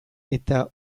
eta